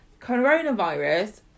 Coronavirus